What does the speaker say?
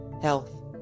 health